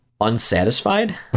unsatisfied